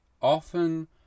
Often